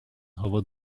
hava